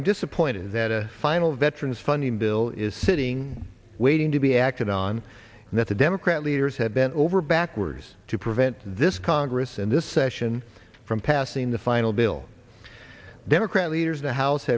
i'm disappointed that a final veterans funding bill is sitting waiting to be acted on and that the democrat leaders have bent over backwards to prevent this congress and this session from passing the final bill democrat leaders the house